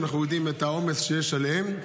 שאנחנו יודעים את העומס שיש עליהן.